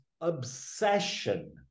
obsession